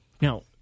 Now